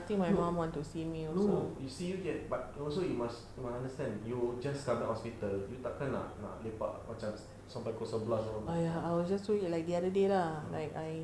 no no if see you can but also you must understand you just come back hospital you takkan nak nak lepak macam sampai pukul sebelas all ah